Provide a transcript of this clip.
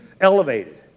elevated